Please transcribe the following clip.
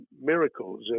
miracles